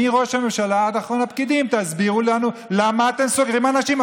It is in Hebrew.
מראש הממשלה עד אחרון הפקידים: תסבירו לנו למה אתם סוגרים אנשים.